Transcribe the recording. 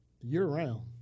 year-round